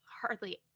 hardly